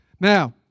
Now